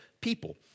people